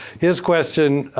his question,